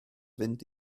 fynd